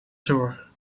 zorgen